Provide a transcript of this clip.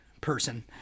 person